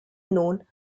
known